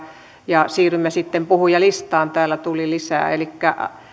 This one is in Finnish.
ja siirrymme sitten puhujalistaan täällä tuli lisää elikkä